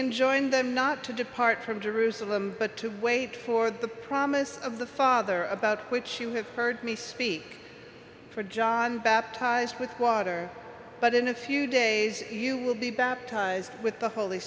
enjoined them not to depart from jerusalem but to wait for the promise of the father about which you have heard me speak for john baptized with water but in a few days you will be baptized with the holy